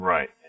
Right